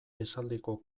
esaldiko